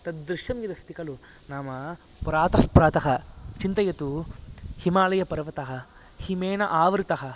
तद्दृश्यं यद् अस्ति खलु नाम प्रातःप्रातः चिन्तयतु हिमालयपर्वतः हिमेन आवृतः